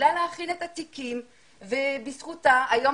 שהתחילה להכין את התיקים ובזכותה היום